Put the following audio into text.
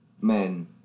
men